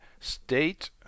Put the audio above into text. state